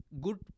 good